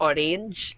Orange